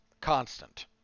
constant